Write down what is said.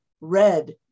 red